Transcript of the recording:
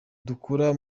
dukura